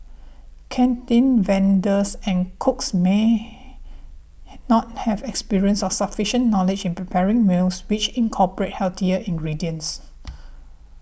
canteen vendors and cooks may not have experience or sufficient knowledge in preparing meals which incorporate healthier ingredients